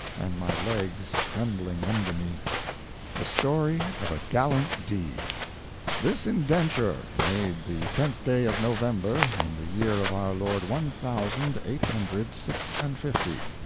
and my legs trembling under me the story of a gallant deed this indenture, made the tenth day of november, in the year of our lord one thousand eight hundred six-and-fifty,